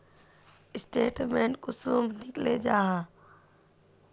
Statement कुंसम निकले जाहा?